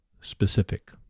specific